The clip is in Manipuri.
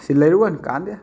ꯁꯤ ꯂꯩꯔꯨꯒꯅꯨ ꯀꯥꯟꯅꯗꯦ